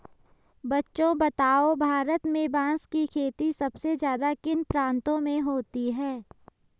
बच्चों बताओ भारत में बांस की खेती सबसे ज्यादा किन प्रांतों में होती है?